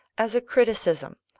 as a criticism,